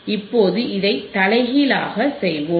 இப்போது இதை தலைகீழாக செய்வோம்